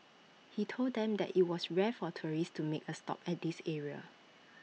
he told them that IT was rare for tourists to make A stop at this area